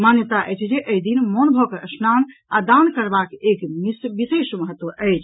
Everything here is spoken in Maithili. मान्यता अछि जे एहि दिन मौन भऽ कऽ स्नान आ दान करबाक एक विशेष महत्व अछि